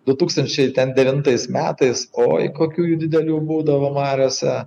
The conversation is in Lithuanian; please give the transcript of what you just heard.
du tūkstančiai ten devintais metais oi kokių jų didelių būdavo mariose